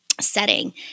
setting